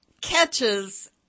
catches